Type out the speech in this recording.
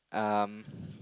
um